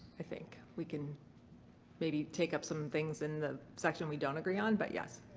i think. we can maybe take up some things in the section we don't agree on, but yes.